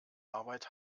arbeit